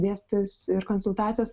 dėstytojus ir konsultacijos